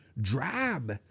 drab